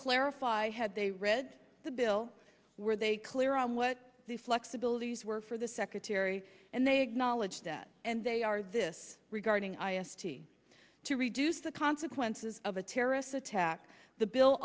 clarify had they read the bill were they clear on what the flexibilities were for the secretary and they acknowledged that and they are this regarding i s p to reduce the consequences of a terrorist attack the bill